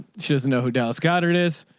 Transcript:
she doesn't know who dallas goddard is,